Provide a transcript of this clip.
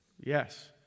Yes